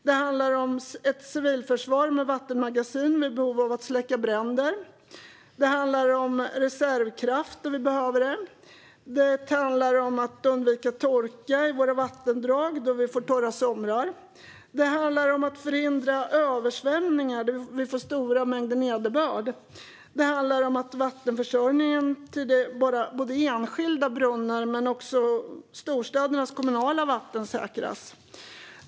Det handlar om ett civilförsvar med vattenmagasin vid behov av att släcka bränder. Det handlar om reservkraft då vi behöver den. Det handlar om att undvika torka i våra vattendrag då vi får torra somrar. Det handlar om att förhindra översvämningar vid stora mängder nederbörd. Det handlar om att säkra vattenförsörjningen inte bara till enskilda brunnar utan även till storstäders kommunala vatten.